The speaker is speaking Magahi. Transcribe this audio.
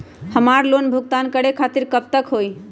हमार लोन भुगतान करे के तारीख कब तक के हई?